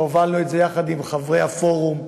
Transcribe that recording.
שהובלנו יחד עם חברי הפורום.